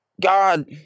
God